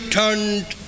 turned